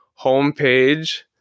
homepage